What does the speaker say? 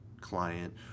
client